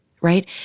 right